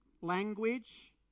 language